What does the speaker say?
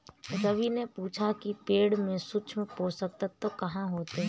रवि ने पूछा कि पेड़ में सूक्ष्म पोषक तत्व कहाँ होते हैं?